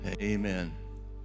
amen